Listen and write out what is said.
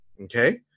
Okay